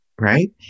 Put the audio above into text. right